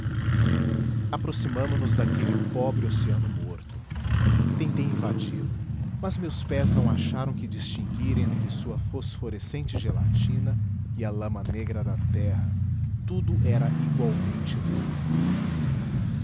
aproximamo nos daquele pobre oceano morto tentei invadi lo mas meus pés não acharam que distinguir entre sua fosforescente gelatina e a lama negra da terra tudo era igualmente lodo